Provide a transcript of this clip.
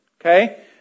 Okay